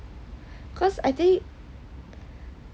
cause I think